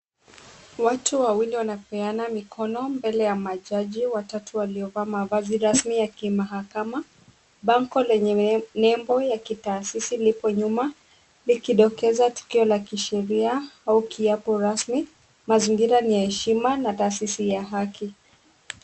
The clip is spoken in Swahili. Watu wawili wanapeana mikono mbele ya majaji watatu waliovaa mavazi rasmi ya kimahakama. Bango lenye nembo ya kitaasisi lipo nyuma, likidokeza tukio la kisheria au kiapo rasmi. Mazingira ni heshima na taasisi ya haki.